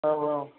औ औ